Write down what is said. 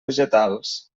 vegetals